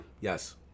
Yes